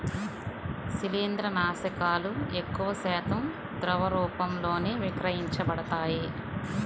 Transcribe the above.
శిలీంద్రనాశకాలు ఎక్కువశాతం ద్రవ రూపంలోనే విక్రయించబడతాయి